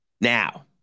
Now